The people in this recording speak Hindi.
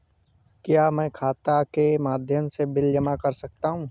क्या मैं खाता के माध्यम से बिल जमा कर सकता हूँ?